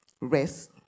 rest